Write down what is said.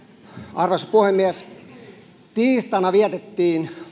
arvoisa puhemies tiistaina vietettiin